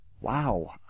Wow